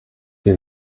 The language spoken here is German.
wir